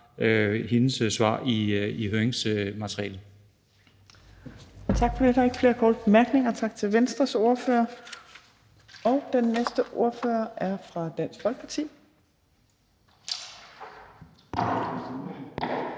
sit svar i høringsmaterialet.